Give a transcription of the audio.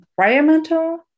environmental